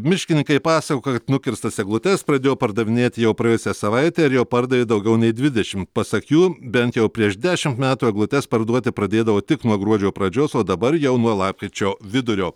miškininkai pasakoja kad nukirstas eglutes pradėjo pardavinėti jau praėjusią savaitę ir jau pardavė daugiau nei dvidešimt pasak jų bent jau prieš dešimt metų eglutes parduoti pradėdavo tik nuo gruodžio pradžios o dabar jau nuo lapkričio vidurio